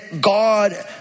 God